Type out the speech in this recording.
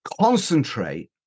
concentrate